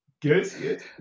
good